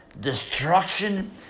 destruction